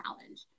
challenge